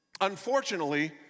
Unfortunately